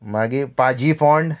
मागीर पाजीफोंड